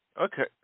Okay